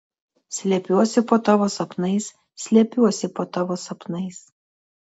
slepiuosi po tavo sapnais slepiuosi po tavo sapnais